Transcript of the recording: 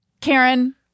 Karen